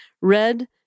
red